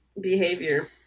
behavior